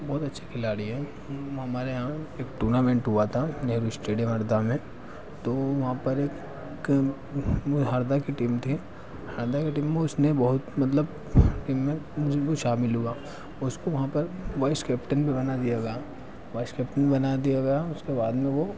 बहुत अच्छा खिलाड़ी है हमारे यहाँ एक टूर्नामेंट हुआ था नेहरू इस्टेडियम हरदा में तो वहाँ पर एक वही हरदा की टीम थी हरदा की टीम में उसने बहुत मतलब टीम में शामिल हुआ उसको वहाँ पर वाइस कैप्टन भी बना दिया गया वाइस कैप्टन बना दिया गया उसके बाद में वह